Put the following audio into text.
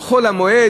חול-המועד,